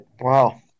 Wow